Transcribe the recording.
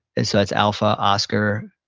and so that's alpha, oscar,